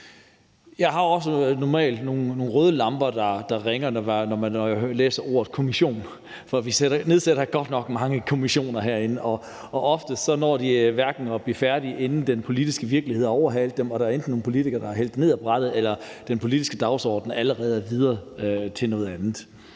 Jeg har også normalt nogle røde lamper, der blinker, når jeg læser ordet kommission, for vi nedsætter godt nok mange kommissioner herinde, og oftest når de hverken at blive færdige, inden den politiske virkelighed har overhalet dem og der enten er nogle politikere, der har hældt dem ned af brættet, eller den politiske dagsorden allerede er videre til noget andet.